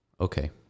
Okay